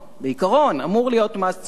בעיקרון, אמור להיות מס צודק.